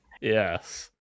Yes